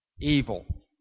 evil